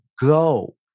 go